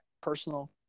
personal –